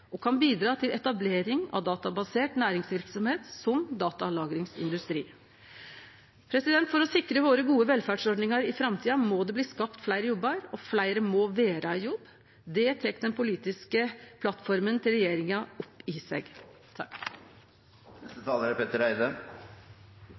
og kan bidra til etablering av databasert næringsverksemd, som datalagringsindustri. For å sikre dei gode velferdsordningane våre i framtida må det skapast fleire jobbar, og fleire må vere i jobb. Det tek den politiske plattforma til regjeringa opp i seg.